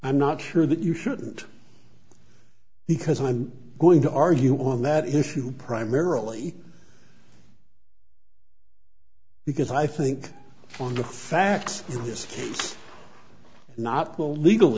i'm not sure that you shouldn't because i'm going to argue on that issue primarily because i think from the facts it is not the legal